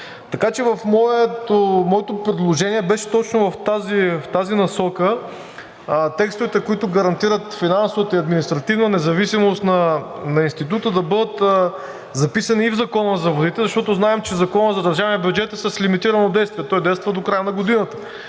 Така че моето предложение беше точно в тази насока. Текстовете, които гарантират финансовата и административната независимост на Института, да бъдат записани и в Закона за водите, защото знаем, че Законът за държавния бюджет е с лимитирано действие – той действа до края на годината,